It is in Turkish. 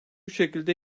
şekilde